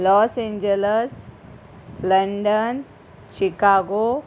loss Angeles London Chicago